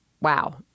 wow